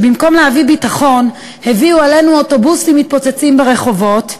שבמקום להביא ביטחון הביאו עלינו אוטובוסים מתפוצצים ברחובות,